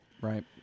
Right